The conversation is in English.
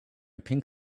pink